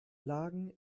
lagen